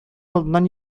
алдыннан